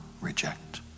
reject